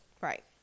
Right